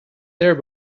there